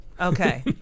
Okay